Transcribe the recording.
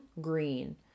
Green